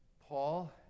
Paul